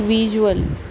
visual